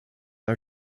are